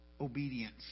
obedience